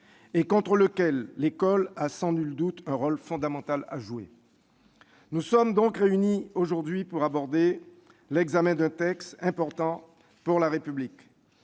et contre lequel l'école a sans nul doute un rôle fondamental à jouer. Nous sommes réunis aujourd'hui pour aborder l'examen d'un texte important pour la République.